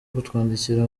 kutwandikira